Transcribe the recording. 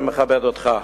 אני מכבד אותך,